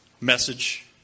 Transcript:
Message